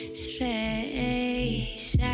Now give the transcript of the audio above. space